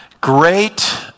Great